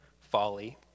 folly